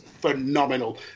phenomenal